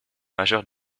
majeurs